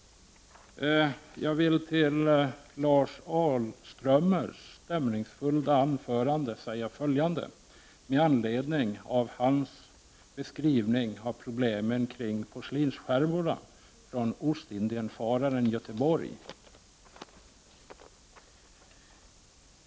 Jag vill till Lars Ahlströms stämningsfulla anförande säga följande med anledning av hans beskrivning av problemen kring porslinsskärvorna från Ostindiefararen Götheborg.